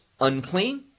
unclean